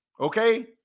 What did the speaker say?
okay